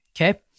Okay